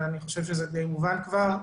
ואני חושב שזה די מובן כבר,